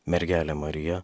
mergelė marija